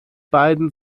beiden